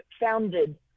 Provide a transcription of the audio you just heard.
founded